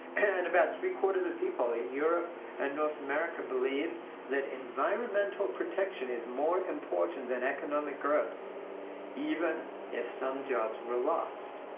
and about three-quarters of people in europe and north america believed that environmental protection was more important than economic growth even if some jobs were lost.